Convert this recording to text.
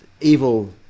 evil